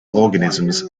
organisms